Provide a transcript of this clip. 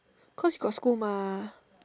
cause he got school mah